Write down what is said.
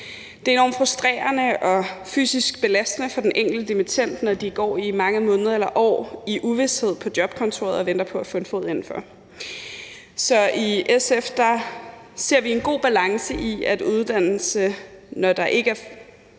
Det er enormt frustrerende og fysisk belastende for den enkelte dimittend, når de går i mange måneder eller år i uvished på jobkontoret og venter på at få en fod inden for arbejdsmarked. I SF ser vi en god balance i uddannelse, når der ikke er